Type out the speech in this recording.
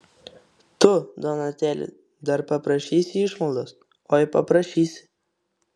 tu donatėli dar paprašysi išmaldos oi paprašysi